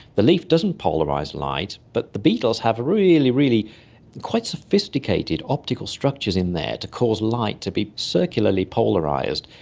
the leaf doesn't polarise light, but the beetles have really, really quite sophisticated optical structures in there to cause light to be circularly polarised,